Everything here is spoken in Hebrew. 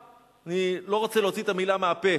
אני לא רוצה להוציא את המלה מפה,